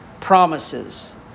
promises